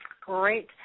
great